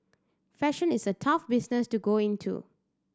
fashion is a tough business to go into